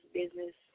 business